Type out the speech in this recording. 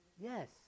Yes